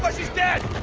but she's dead.